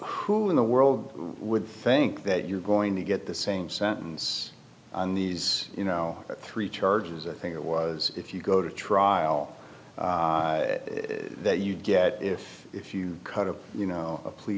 who in the world would think that you're going to get the same sentence on these you know three charges i think it was if you go to trial that you get if if you cut a you know a plea